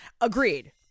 Agreed